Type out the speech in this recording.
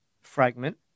fragment